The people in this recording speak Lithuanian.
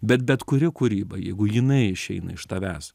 bet bet kuri kūryba jeigu jinai išeina iš tavęs